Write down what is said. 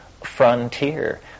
frontier